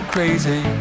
crazy